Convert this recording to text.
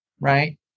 Right